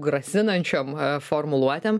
grasinančiom formuluotėm